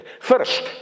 First